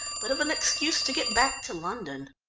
but of an excuse to get back to london.